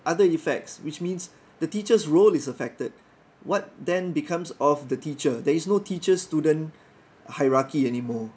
other effects which means the teacher's role is affected what then becomes of the teacher there is no teacher student hierarchy anymore